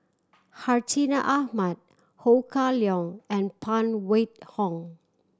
Hartinah Ahmad Ho Kah Leong and Phan Wait Hong